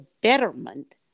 betterment